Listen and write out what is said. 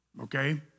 okay